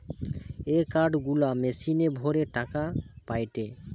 এ card গুলা মেশিনে ভরে টাকা পায়টে